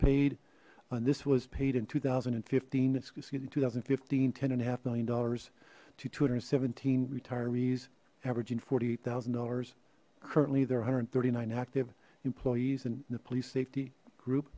paid and this was paid in two thousand and fifteen two thousand and fifteen ten and a half million dollars to two hundred seventeen retirees averaging forty eight thousand dollars currently they're one hundred and thirty nine active employees and the police safety group